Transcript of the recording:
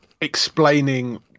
explaining